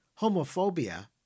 homophobia